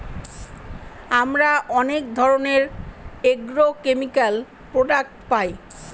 আমরা অনেক ধরনের এগ্রোকেমিকাল প্রডাক্ট পায়